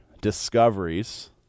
discoveries